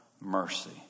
mercy